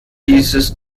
dieses